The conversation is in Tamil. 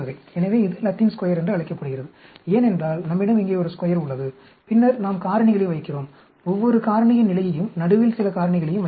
எனவே இது லத்தீன் ஸ்கொயர் என்று அழைக்கப்படுகிறது ஏனென்றால் நம்மிடம் இங்கே ஒரு ஸ்கொயர் உள்ளது பின்னர் நாம் காரணிகளை வைக்கிறோம் ஒவ்வொரு காரணியின் நிலையையும் நடுவில் சில காரணிகளையும் வைக்கலாம்